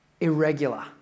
irregular